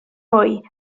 mwy